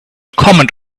command